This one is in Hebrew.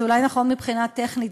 זה אולי נכון מבחינה טכנית,